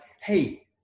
hey